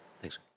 Thanks